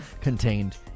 contained